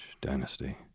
dynasty